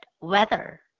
weather